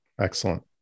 Excellent